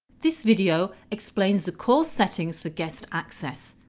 this video explains the course settings for guest access.